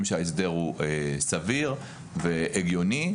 שההסדר הוא סביר והגיוני.